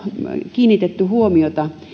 kiinnitetty huomiota siihen